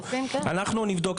אנחנו נבדוק,